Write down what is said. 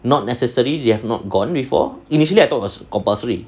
not necessary they have not gone before initially I thought was compulsory